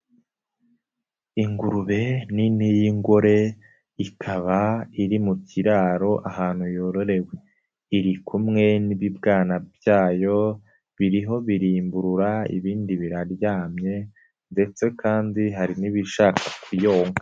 Ingurube nini y'ingore ikaba iri mu kiraro ahantu yororewe iri kumwe n'ibibwana byayo biriho birimbura ibindi biraryamye ndetse kandi hari n'ibishaka kuyonka.